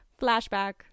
Flashback